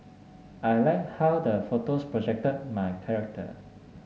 I like how the photos projected my character